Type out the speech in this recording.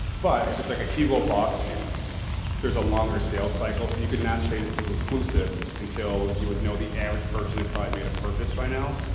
but if it's like a hugo boss suit there's a longer sales cycle. so, you could not say this is conclusive until you would know the average person is probably made a purchase by now.